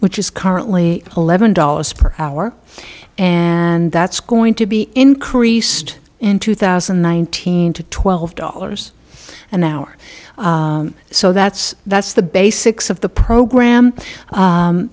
which is currently a leavened dollars per hour and that's going to be increased in two thousand and nineteen to twelve dollars an hour so that's that's the basics of the program